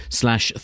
slash